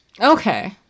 Okay